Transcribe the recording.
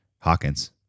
Hawkins